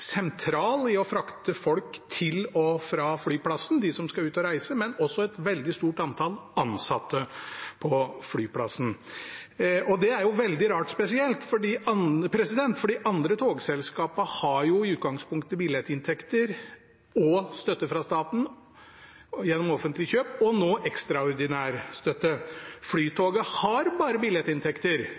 i å frakte folk til og fra flyplassen, de som skal ut og reise, men også et veldig stort antall ansatte på flyplassen. Det er veldig rart, for de andre togselskapene har i utgangspunktet billettinntekter og støtte fra staten gjennom offentlige kjøp, og nå ekstraordinær støtte. Flytoget har bare billettinntekter,